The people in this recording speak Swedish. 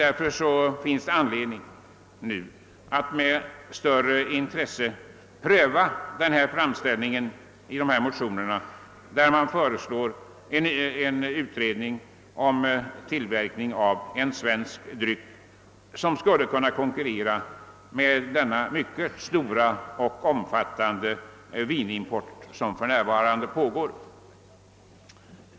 Därför finns det anledning att med större intresse pröva framställningen i dessa motioner, där man föreslår en utredning om tillverkning av en svensk dryck som skulle kunna konkurrera med den mycket stora och omfattande vinimport som för närvarande pågår.